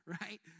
right